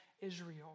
Israel